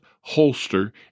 holster